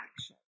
action